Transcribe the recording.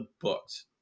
books